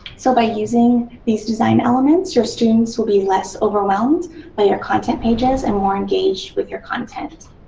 so by using these design elements, your students will be less overwhelmed by your content pages and more engaged with your content.